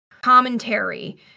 commentary